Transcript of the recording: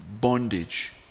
bondage